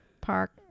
park